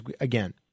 again